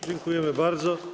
Dziękujemy bardzo.